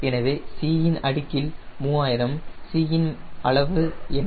எனவே c இன் அடுக்கில் 3000 c யின் அளவு என்ன